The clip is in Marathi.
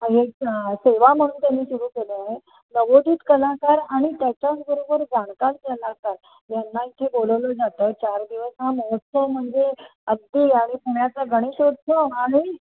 एक सेवा म्हणून त्यांनी सुरू केला आहे नवोदित कलाकार आणि त्याच्याचबरोबर जाणकार कलाकार यांना इथे बोलवलं जातं चार दिवस हा महोत्सव म्हणजे अगदी आणि पुण्याचा गणेशोत्सव हाही